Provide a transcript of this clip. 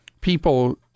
people